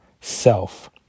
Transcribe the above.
self